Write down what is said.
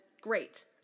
great